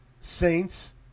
Saints